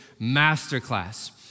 Masterclass